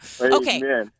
Okay